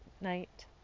night